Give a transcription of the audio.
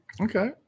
Okay